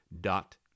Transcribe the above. dot